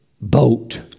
boat